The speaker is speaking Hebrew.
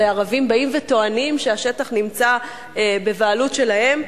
וערבים באים וטוענים שהשטח נמצא בבעלות שלהם?